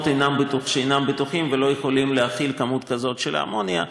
שאינם בטוחים ולא יכולים להכיל כמות כזו של אמוניה.